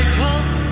come